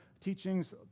teachings